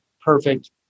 perfect